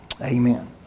Amen